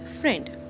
friend